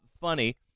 funny